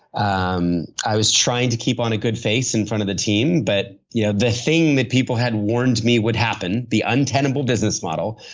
um i was trying to keep on a good face in front of the team but yeah the thing that people had warned me would happen, the untenable business model,